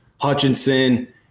Hutchinson